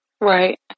right